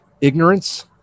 ignorance